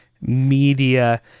media